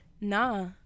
Nah